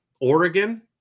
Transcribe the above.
Oregon